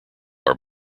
are